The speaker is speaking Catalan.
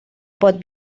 pot